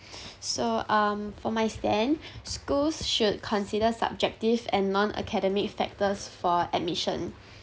so um for my stand schools should consider subjective and non academic factors for admission